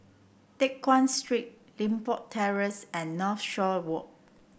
Teck Guan Street Limbok Terrace and Northshore Walk